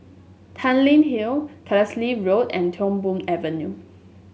Tanglin Hill Carlisle Road and Tiong Poh Avenue